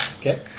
Okay